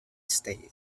states